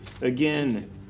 again